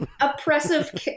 Oppressive